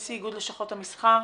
נשיא איגוד לשכות המסחר,